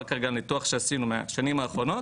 כרגע על ניתוח שעשינו בשנים האחרונות,